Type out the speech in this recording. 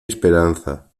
esperanza